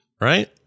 right